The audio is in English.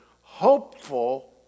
hopeful